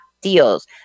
deals